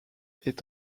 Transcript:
est